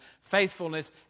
faithfulness